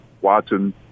watching